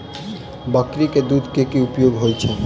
बकरी केँ दुध केँ की उपयोग होइ छै?